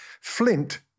Flint